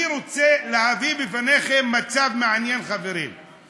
אני רוצה להביא בפניכם מצב מעניין, חברים.